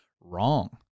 wrong